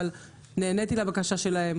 אבל נעניתי לבקשה שלהם,